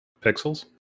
Pixels